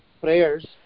prayers